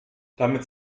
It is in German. damit